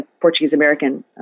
Portuguese-American